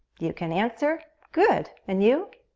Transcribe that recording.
you can answer, good. and you?